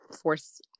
force